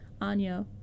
Anya